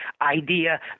idea